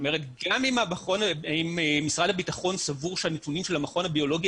גם אם משרד הביטחון סבור שהנתונים של המכון הביולוגי